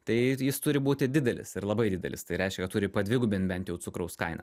tai jis turi būti didelis ir labai didelis tai reiškia kad turi padvigubint bent jau cukraus kainą